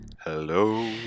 Hello